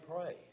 pray